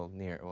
near.